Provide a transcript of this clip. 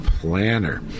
planner